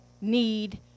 need